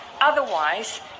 Otherwise